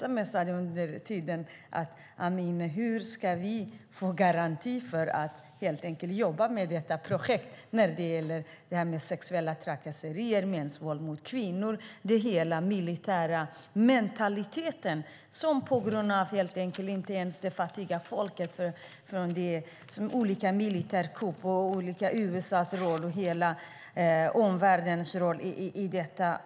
De har sms:at mig och undrat hur de ska få garantier för att kunna jobba med projektet om sexuella trakasserier och mäns våld mot kvinnor. Det handlar om hela den militära mentaliteten som präglar dessa länder på grund av olika militärkupper och USA:s och omvärldens roll.